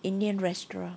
indian restaurant